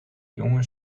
jongen